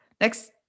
next